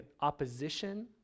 opposition